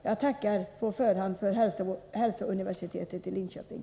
Jag tackar på förhand för hälsouniversitet i Linköping.